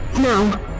Now